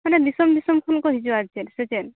ᱢᱟᱱᱮ ᱫᱤᱥᱚᱢ ᱫᱤᱥᱚᱢ ᱠᱷᱚᱱ ᱠᱚ ᱦᱤᱡᱩᱜᱼᱟ ᱟᱨᱠᱤ ᱪᱮᱫ ᱥᱮ ᱪᱮᱫ